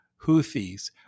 Houthis